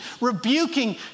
rebuking